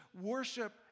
worship